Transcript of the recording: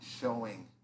showing